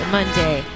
Monday